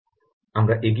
আমরা এগিয়ে যাই